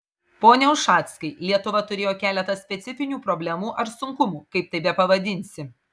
pone ušackai lietuva turėjo keletą specifinių problemų ar sunkumų kaip tai bepavadinsi